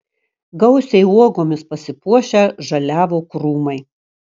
gausiai uogomis pasipuošę žaliavo krūmai